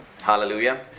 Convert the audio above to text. hallelujah